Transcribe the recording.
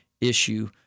issue